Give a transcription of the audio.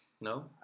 No